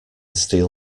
steal